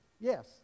Yes